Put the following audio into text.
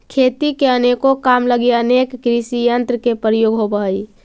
खेती के अनेको काम लगी अनेक कृषियंत्र के प्रयोग होवऽ हई